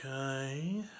Okay